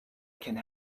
can